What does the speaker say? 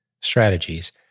strategies